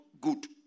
good